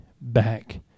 back